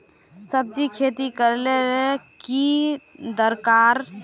सब्जी खेती करले ले की दरकार?